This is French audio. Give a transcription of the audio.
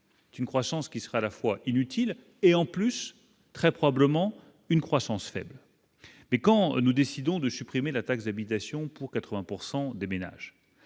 d'une croissance qui serait à la fois inutile et en plus, très probablement une croissance faible, mais quand nous décidons de supprimer la taxe d'habitation pour 80 pourcent des